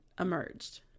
emerged